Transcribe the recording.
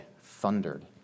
thundered